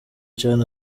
chan